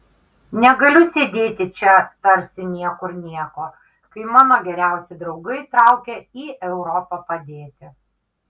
negaliu sėdėti čia tarsi niekur nieko kai mano geriausi draugai traukia į europą padėti